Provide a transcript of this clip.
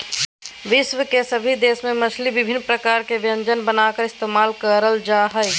विश्व के सभे देश में मछली विभिन्न प्रकार के व्यंजन बनाकर इस्तेमाल करल जा हइ